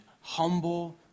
humble